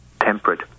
temperate